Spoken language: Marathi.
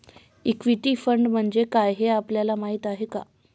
इक्विटी फंड म्हणजे काय, हे आपल्याला माहीत आहे का?